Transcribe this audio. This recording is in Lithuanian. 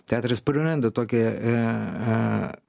teatras praranda tokią a a